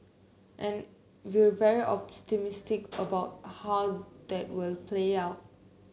and we'll very optimistic about how that will play out